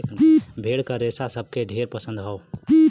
भेड़ क रेसा सबके ढेर पसंद हौ